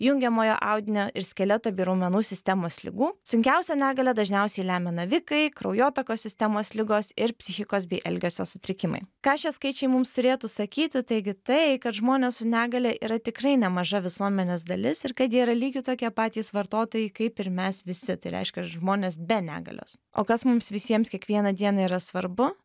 jungiamojo audinio ir skeleto bei raumenų sistemos ligų sunkiausią negalią dažniausiai lemia navikai kraujotakos sistemos ligos ir psichikos bei elgesio sutrikimai ką šie skaičiai mums turėtų sakyti taigi tai kad žmonės su negalia yra tikrai nemaža visuomenės dalis ir kad jie yra lygiai tokie patys vartotojai kaip ir mes visi tai reiškia žmonės be negalios o kas mums visiems kiekvieną dieną yra svarbu